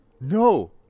No